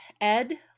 ed